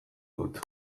dut